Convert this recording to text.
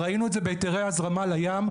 ראינו את זה בהיתרי הזרמה לים.